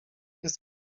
jest